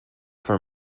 for